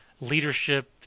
leadership